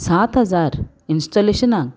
सात हजार इंस्टोलेशनाक